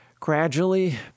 Gradually